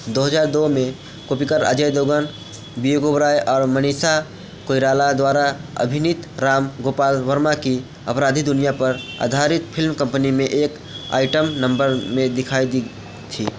दो हज़ार दो में कोप्पिकर अजय देवगन विवेक ओबेरॉय और मनीषा कोइराला द्वारा अभिनीत राम गोपाल वर्मा की अपराधी दुनिया पर आधारित फिल्म कंपनी में एक आइटम नंबर में दिखाई दी थीं